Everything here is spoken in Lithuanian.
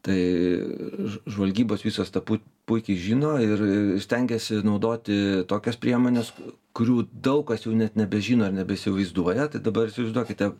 tai ž žvalgybos visos tą pu puikiai žino ir stengiasi naudoti tokias priemones kurių daug kas jau net nebežino ar nebeįsivaizduoja tai dabar įsivaizduokite